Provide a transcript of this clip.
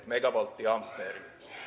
megavolttiampeeriin